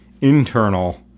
internal